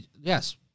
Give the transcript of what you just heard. yes